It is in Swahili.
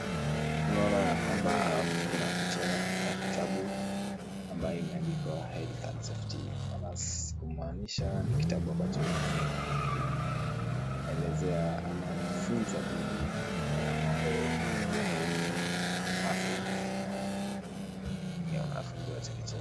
Tunaona ya kwamba kuna picha ya kitabu ambayo imeandikwa health and safety manners . Kumaanisha ni kitabu ambacho kinatumika kuelezea ama kufunza dhidi ya mambo ya afya ya wanafunzi wa chekechea.